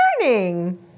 learning